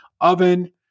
oven